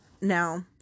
Now